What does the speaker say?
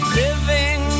living